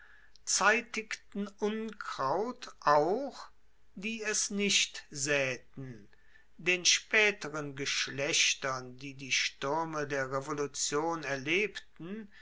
zeitigten unkraut auch die es nicht saeten den spaeteren geschlechtern die die stuerme der revolution erlebten